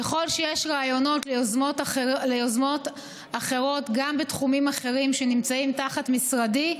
ככל שיש רעיונות ליוזמות אחרות גם בתחומים אחרים שנמצאים תחת משרדי,